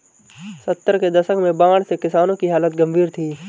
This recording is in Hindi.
सत्तर के दशक में बाढ़ से किसानों की हालत गंभीर थी